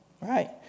Right